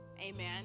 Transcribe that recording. Amen